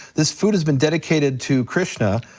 this food has been dedicated to krishna,